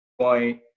point